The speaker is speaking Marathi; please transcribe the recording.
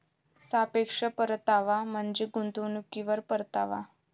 सापेक्ष परतावा म्हणजे गुंतवणुकीवर परतावा